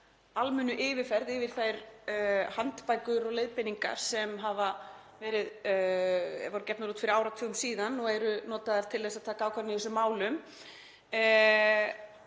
almennu yfirferð yfir þær handbækur og leiðbeiningar sem verið gefnar út fyrir áratugum síðan og eru notaðar til að taka ákvarðanir í þessum málum.